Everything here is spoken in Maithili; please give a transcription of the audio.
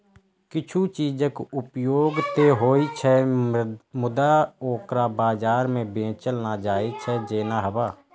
किछु चीजक उपयोग ते होइ छै, मुदा ओकरा बाजार मे बेचल नै जाइ छै, जेना हवा